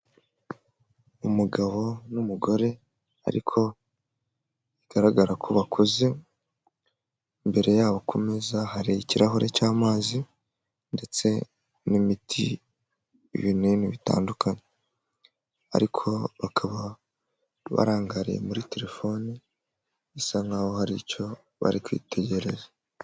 Umugabo n'umugore ariko bigaragara ko bakuze, imbere yabo ku meza hari ikirahure cy'amazi ndetse n'imiti, ibinini bitandukanye, ariko bakaba barangariye muri telefoni bisa nkaho hari icyo bari kwitegereza.